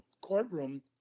courtroom